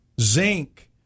zinc